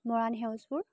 Moran Seujpur